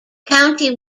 county